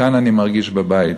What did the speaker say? כאן אני מרגיש בבית.